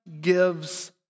gives